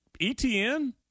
ETN